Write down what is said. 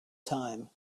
time